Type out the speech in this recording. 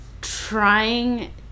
trying